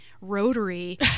rotary